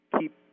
keep